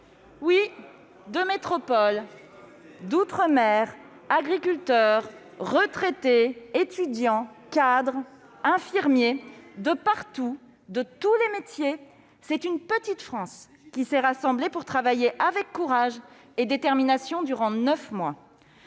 de métropole et d'outre-mer, agriculteurs, retraités, étudiants, cadres, infirmiers, venus de tous horizons et de tous les métiers, c'est une petite France qui s'est rassemblée pour travailler avec courage et détermination durant neuf mois.